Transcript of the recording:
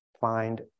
find